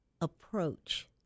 Approach